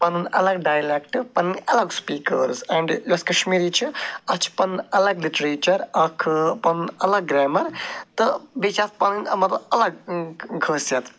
پَنُن اَلگ ڈایلٮ۪کٹ پَنٕنۍ اَلگ سٕپیٖکٲرٕس اینٛڈ یۄس کَشمیٖری چھِ اَتھ چھِ پَنُن اَلگ لِٹریچَر اکھ پَنُن الگ گرٛیمَر تہٕ بیٚیہِ چھِ اَتھ پَنٕنۍ مطلب اَلگ خٲصِیت